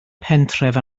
pentref